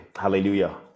Hallelujah